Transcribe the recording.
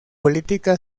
política